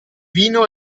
vino